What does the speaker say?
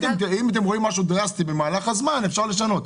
אם אתם רואים משהו דרסטי במהלך הזמן אפשר לשנות.